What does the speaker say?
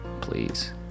please